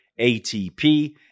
ATP